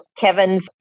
Kevin's